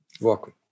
Welcome